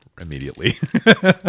immediately